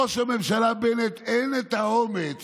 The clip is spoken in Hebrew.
לראש הממשלה בנט אין את האומץ